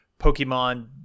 Pokemon